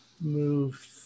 move